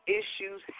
issues